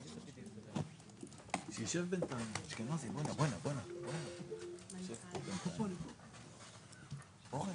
הרפורמה שנציג היום היא קרן